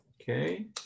okay